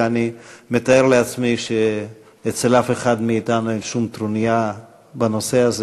ואני מתאר לעצמי שאצל אף אחד מאתנו אין שום טרוניה בנושא הזה,